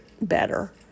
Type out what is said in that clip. better